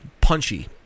punchy